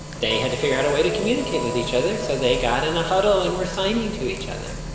they had to figure out a way to communicate with each other, so they got in a huddle and were signing to each other.